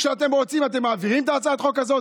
כשאתם רוצים אתם מעבירים את הצעת החוק הזאת,